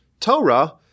Torah